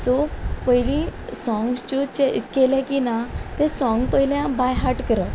so पयली songs choose केलें की ना ते सोंग पयलें बाय हार्ट करप